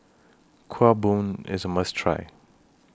Kuih Bom IS A must Try